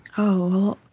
oh,